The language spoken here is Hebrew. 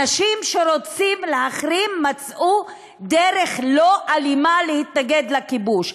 אנשים שרוצים להחרים מצאו דרך לא אלימה להתנגד לכיבוש.